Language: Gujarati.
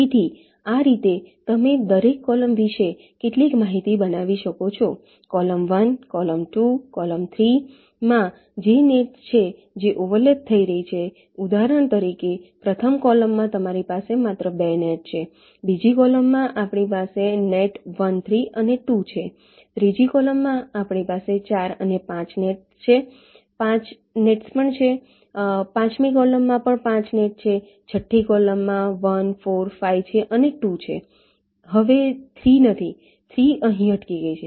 તેથી આ રીતે તમે દરેક કૉલમ વિશે કેટલીક માહિતી બનાવી શકો છો કૉલમ 1 કૉલમ 2 કૉલમ 3માં જે નેટ્સ છે જે ઓવરલેપ થઈ રહી છે ઉદાહરણ તરીકે પ્રથમ કૉલમમાં તમારી પાસે માત્ર નેટ 2 છે બીજી કૉલમમાં આપણી પાસે નેટ 1 3 અને 2 છે ત્રીજી કૉલમમાં આપણી પાસે 4 અને 5 છે 5 નેટ્સ પણ છે પાંચમી કૉલમમાં પણ 5 નેટ છે 6ઠ્ઠી કૉલમમાં 1 4 5 છે અને 2 છે હવે 3 નથી 3 અહીં અટકી ગઈ છે